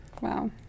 Wow